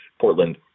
Portland